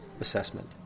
assessment